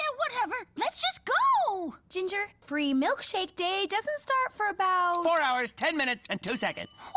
yeah whatever, let's just go! ginger, free milkshake day doesn't start for about. four hours, ten minutes, and two seconds.